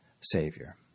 Savior